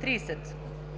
30.